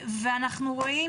אנחנו רואים